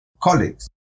colleagues